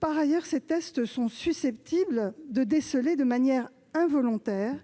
Par ailleurs, ces tests sont susceptibles de déceler de manière involontaire